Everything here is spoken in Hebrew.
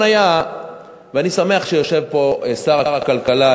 אני שמח שיושב פה שר הכלכלה,